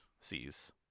sees